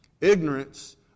Ignorance